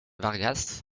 vargas